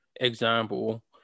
example